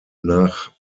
nach